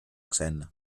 ξένα